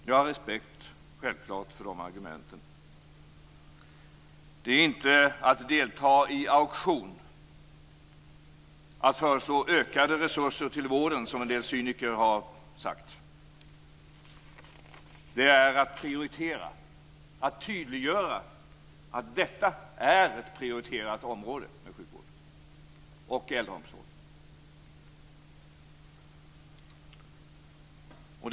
Jag har självfallet respekt för de argumenten. Det är inte att delta i en auktion att föreslå ökade resurser till vården som en del cyniker har sagt. Det är att prioritera och tydliggöra att sjukvården och äldreomsorgen är ett prioriterat område.